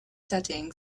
setting